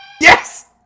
Yes